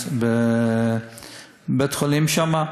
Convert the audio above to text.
בבית-החולים שם.